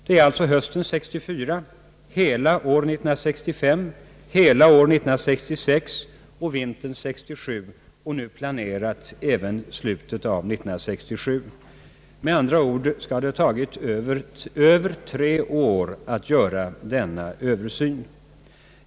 Man har alltså haft på sig hösten 1964, hela år 1965, hela år 1966 och vintern 1967. Nu planerar man även att ta i anspråk slutet av 1967 för detta arbete. Man kommer alltså att ha behövt över tre år för att genomföra denna Översyn.